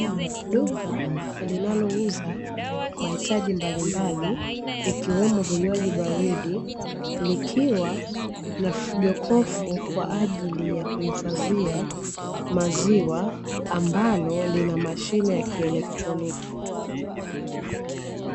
Duka linalo uza mahitaji mbalimbali ikiwa vinywaji baridi, likiwa na jokofu kwajili ya kuhifadhia maziwa ambalo lina mashine ya kieletroniki.